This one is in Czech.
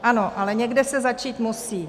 Ano, ale někde se začít musí.